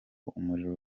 umuriro